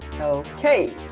Okay